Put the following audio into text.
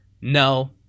no